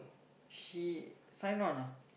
she sign on ah